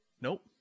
nope